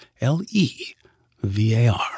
L-E-V-A-R